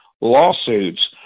lawsuits